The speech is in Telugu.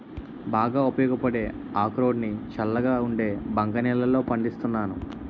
బాగా ఉపయోగపడే అక్రోడ్ ని చల్లగా ఉండే బంక నేలల్లో పండిస్తున్నాను